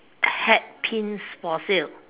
hat pins for sale